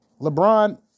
LeBron